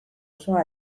osoa